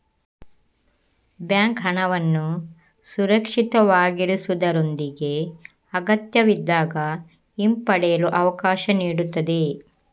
bank ಹಣವನ್ನು ಸುರಕ್ಷಿತವಾಗಿರಿಸುವುದರೊಂದಿಗೆ ಅಗತ್ಯವಿದ್ದಾಗ ಹಿಂಪಡೆಯಲು ಅವಕಾಶ ನೀಡುತ್ತದೆ